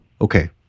Okay